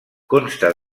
consta